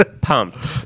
Pumped